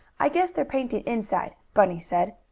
i guess they're painting inside, bunny said.